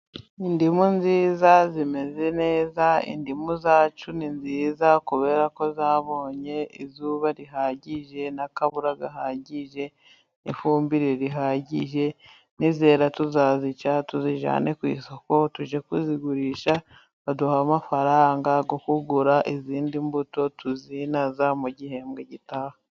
Indimu nziza zimeze neza indimu zacu ni nziza kubera ko zabonye izuba rihagije n'akavura gahagije, ifumbire ihagije. Nizera tuzazica tuzijyane ku isoko tujye kuzigurisha baduhe amafaranga yo kugura izindi mbuto tuzahinga mu gihembwe gitaha.